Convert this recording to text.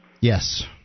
Yes